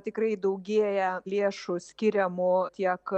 tikrai daugėja lėšų skiriamų tiek